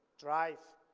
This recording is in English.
drive.